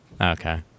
Okay